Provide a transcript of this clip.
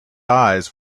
eyes